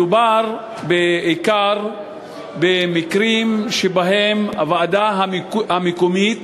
מדובר בעיקר במקרים שבהם הוועדה המקומית